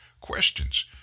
questions